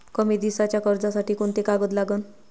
कमी दिसाच्या कर्जासाठी कोंते कागद लागन?